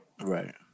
Right